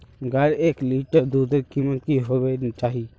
गायेर एक लीटर दूधेर कीमत की होबे चही?